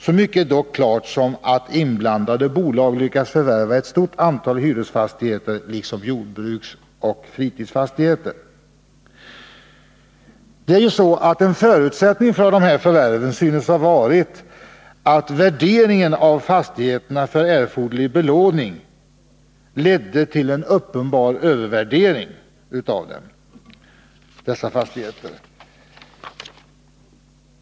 Så mycket är dock klart som att inblandade bolag lyckats förvärva ett stort antal hyresfastigheter liksom jordbruksoch fritidsfastigheter. En förutsättning för de här förvärven synes ha varit att vid värderingen av fastigheterna för erforderlig belåning en uppenbar övervärdering av dessa fastigheter har skett.